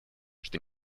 что